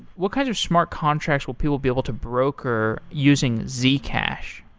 what kinds of smart contracts will people be able to broker using zcash?